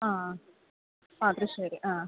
ആ അത് ശരി ആ